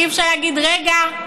אי-אפשר להגיד: רגע,